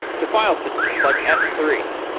to file systems like s three.